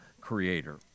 creator